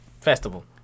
festival